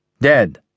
Dead